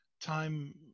time